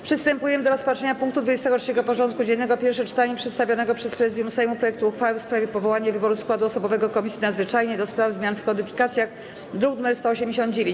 Przystępujemy do rozpatrzenia punktu 23. porządku dziennego: Pierwsze czytanie przedstawionego przez Prezydium Sejmu projektu uchwały w sprawie powołania i wyboru składu osobowego Komisji Nadzwyczajnej do spraw zmian w kodyfikacjach (druk nr 189)